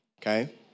Okay